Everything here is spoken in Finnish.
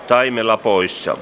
taimela poissa